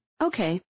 okay